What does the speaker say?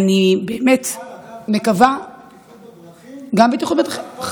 גם מבחינת בטיחות בדרכים זה מערב פרוע,